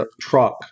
truck